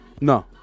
No